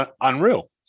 unreal